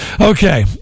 okay